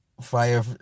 fire